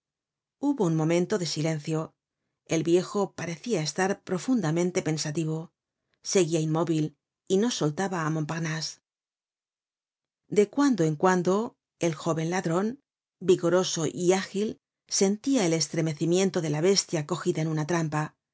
hubo un momento de silencio el viejo parecia estar profundamente pensativo seguia inmóvil y no soltaba á montparnase de cuando en cuando el jóven ladron vigoroso y ágil sentia el estremecimiento de la bestia cogida en una trampa